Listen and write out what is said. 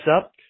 up